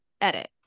edit